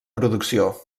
producció